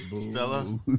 Stella